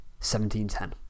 1710